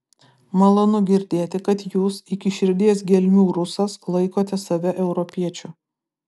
malonu girdėti kad jūs iki širdies gelmių rusas laikote save europiečiu